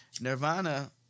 Nirvana